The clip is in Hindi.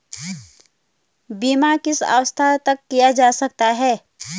बीमा किस अवस्था तक किया जा सकता है?